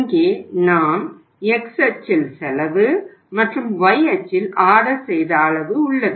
இங்கே நாம் x அச்சில் செலவு மற்றும் y அச்சில் ஆர்டர் செய்த அளவு உள்ளது